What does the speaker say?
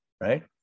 right